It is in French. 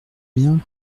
bien